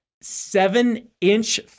seven-inch